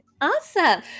awesome